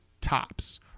Tops